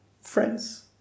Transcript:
friends